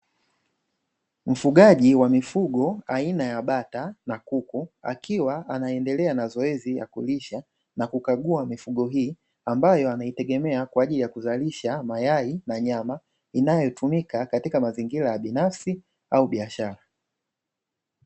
Mfugaji wa mifugo aina ya bata na kuku akiwa anaendelea na zoezi la kulisha na kukagua mifugo hii. Ambayo anaitegemea kwa ajili ya kuzalisha mayai na nyama inayotumika katika mazingira binafsi na biashara.